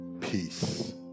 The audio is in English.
peace